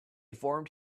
formed